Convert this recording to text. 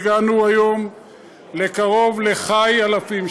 והגענו היום לקרוב לח"י אלפים,